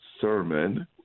sermon